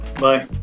Bye